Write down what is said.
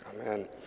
Amen